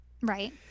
right